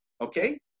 Okay